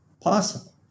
possible